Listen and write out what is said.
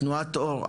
תנועת אור.